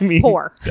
Poor